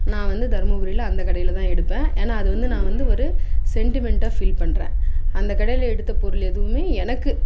நான் வந்து தருமபுரியில் அந்த கடையில் தான் எடுப்பேன் ஏன்னால் அது வந்து நான் வந்து ஒரு சென்டிமென்ட்டாக ஃபீல் பண்ணுறேன் அந்த கடையில் எடுத்த பொருள் எதுவுமே எனக்கு